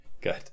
Good